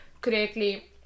correctly